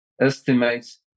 estimates